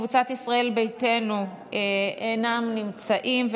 קבוצת ישראל ביתנו אינם נמצאים,